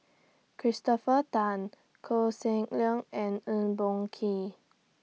Christopher Tan Koh Seng Leong and Eng Boh Kee